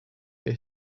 wir